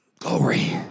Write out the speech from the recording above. Glory